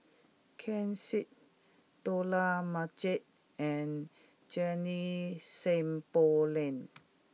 Ken Seet Dollah Majid and Junie Sng Poh Leng